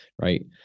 right